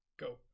Go